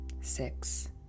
Six